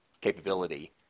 capability